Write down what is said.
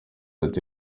ati